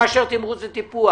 מאשר תמרוץ וטיפוח.